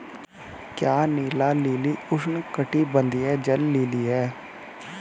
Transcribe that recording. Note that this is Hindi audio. क्या नीला लिली उष्णकटिबंधीय जल लिली है?